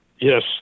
Yes